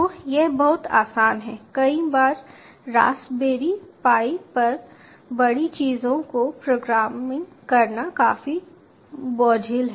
तो यह बहुत आसान है कई बार रास्पबेरी पाई पर बड़ी चीजों को प्रोग्रामिंग करना काफी बोझिल है